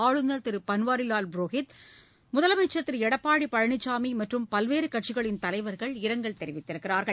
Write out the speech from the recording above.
ஆளுநர் திரு பன்வாரிலால் புரோஹித் முதலமைச்சர் திரு எடப்பாடி பழனிசாமி மற்றும் பல்வேறு கட்சிகளின் தலைவர்கள் இரங்கல் தெரிவித்துள்ளனர்